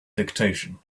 dictation